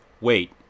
wait